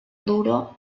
duro